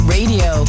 Radio